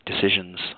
decisions